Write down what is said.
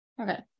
Okay